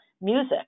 music